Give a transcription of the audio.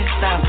Stop